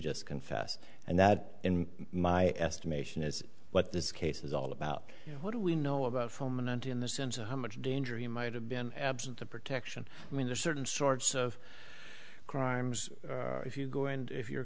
just confess and that in my estimation is what this case is all about what do we know about from an ant in the sense of how much danger he might have been absent the protection i mean there are certain sorts of crimes if you go and if you're